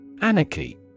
Anarchy